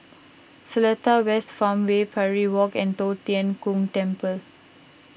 Seletar West Farmway Parry Walk and Tong Tien Kung Temple